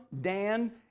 Dan